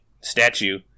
statue